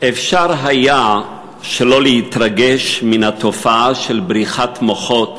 אפשר היה שלא להתרגש מן התופעה של בריחת מוחות